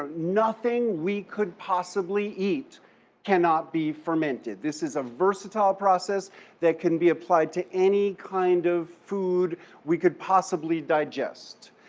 ah nothing we could possibly eat cannot be fermented. this is a versatile process that can be applied to any kind of food we could possibly digest.